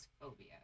phobia